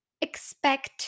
expect